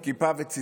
עם כיפה וציצית,